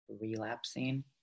relapsing